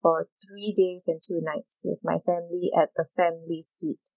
for three days and two nights with my family at the family suite